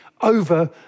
over